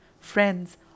friends